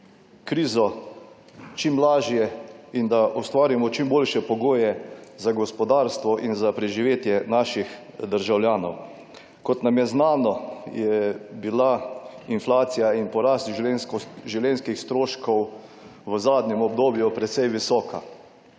krizo čim lažje in da ustvarimo čim boljše pogoje za gospodarstvo in za preživetje naših državljanov. Kot nam je znano je bila inflacija in porast življenjsko življenjskih stroškov v zadnjem obdobju precej visoka.